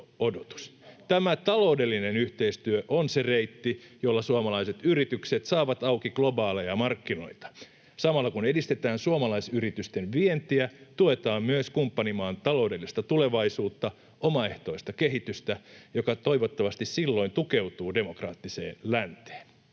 Tämä taloudellinen yhteistyö on se reitti, jolla suomalaiset yritykset saavat auki globaaleja markkinoita. Samalla kun edistetään suomalaisyritysten vientiä, tuetaan myös kumppanimaan taloudellista tulevaisuutta, omaehtoista kehitystä, joka toivottavasti silloin tukeutuu demokraattiseen länteen.